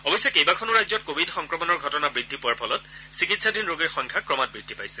অৱশ্যে কেইবাখনো ৰাজ্যত কভিড সংক্ৰমণৰ ঘটনা বুদ্ধি পোৱাৰ ফলত চিকিৎসাধীন ৰোগীৰ সংখ্যা ক্ৰমাৎ বৃদ্ধি পাইছে